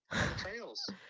Trails